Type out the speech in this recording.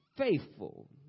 Faithful